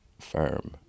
firm